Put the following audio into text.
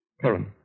Karen